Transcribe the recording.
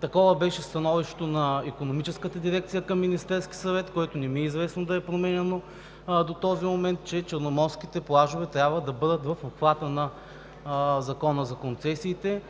Такова беше становището на икономическата дирекция към Министерския съвет, което не ми е известно да е променяно до този момент, че черноморските плажове трябва да бъдат в обхвата на Закона за концесиите,